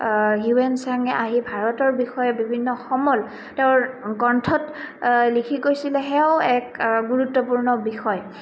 হিউৱেনচাঙে আহি ভাৰতৰ বিষয়ে বিভিন্ন সমল তেওঁৰ গ্ৰন্থত লিখি গৈছিলে সেয়াও এক গুৰুত্বপূৰ্ণ বিষয়